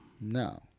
No